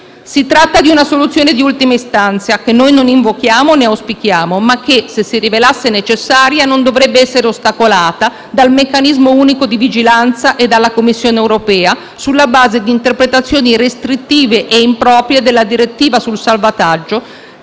Si tratta di una soluzione di ultima istanza, che noi non invochiamo né auspichiamo, ma che, se si rivelasse necessaria, non dovrebbe essere ostacolata dal Meccanismo unico di vigilanza e dalla Commissione europea sulla base di interpretazioni restrittive e improprie della direttiva sul risanamento